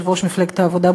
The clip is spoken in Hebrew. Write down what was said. יושב-ראש מפלגת העבודה,